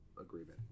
agreement